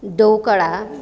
dhokla